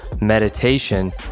meditation